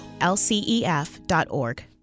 lcef.org